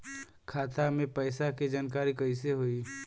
खाता मे पैसा के जानकारी कइसे होई?